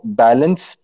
balance